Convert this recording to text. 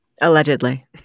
Allegedly